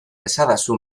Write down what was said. esadazu